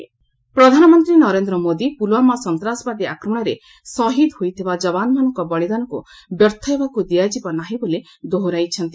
PM ଜବତମାଳ ପ୍ରଧାନମନ୍ତ୍ରୀ ନରେନ୍ଦ୍ର ମୋଦି ପୁଲୁୱାମା ସନ୍ତ୍ରାସବାଦୀ ଆକ୍ରମଣରେ ସହିଦ ହୋଇଥିବା କ୍ଜବାନମାନଙ୍କ ବଳିଦାନକୁ ବ୍ୟର୍ଥ ହେବାକୁ ଦିଆଯିବ ନାହିଁ ବୋଲି ଦୋହରାଇଛନ୍ତି